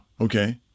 Okay